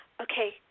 okay